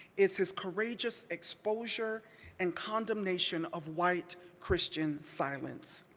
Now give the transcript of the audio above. is his courageous exposure and condemnation of white christian silence.